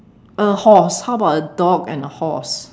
a horse how about a dog and a horse